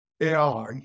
AI